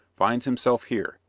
finds himself here,